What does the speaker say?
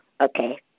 Okay